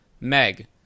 Meg